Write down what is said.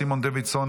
סימון דוידסון,